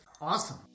Awesome